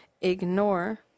ignore